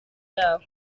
yabo